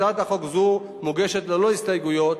הצעת חוק זו מוגשת ללא הסתייגויות,